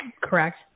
correct